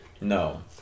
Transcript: No